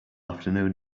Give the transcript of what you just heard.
afternoon